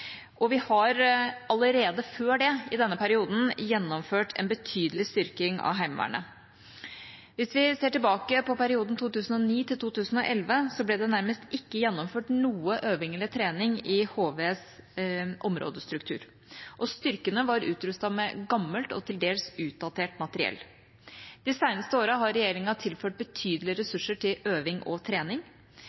Og vi har allerede før det i denne perioden gjennomført en betydelig styrking av Heimevernet. Hvis vi ser tilbake på perioden 2009–2011, ble det nærmest ikke gjennomført noen øving eller trening i HVs områdestruktur, og styrkene var utrustet med gammelt og til dels utdatert materiell. De seneste åra har regjeringa tilført betydelige ressurser til øving og trening.